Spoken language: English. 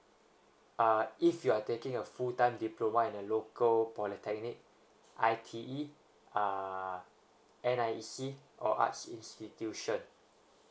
uh if you are taking a full time diploma at a local polytechnic I T E err and I E C or arts institution